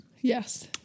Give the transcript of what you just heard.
Yes